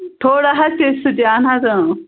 تھوڑا حظ سۅ تہِ اَہَن حظ آ